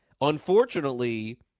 unfortunately